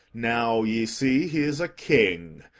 now ye see he is a king.